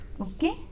okay